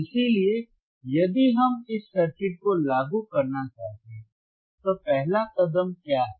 इसलिए यदि हम इस सर्किट को लागू करना चाहते हैं तो पहला कदम क्या है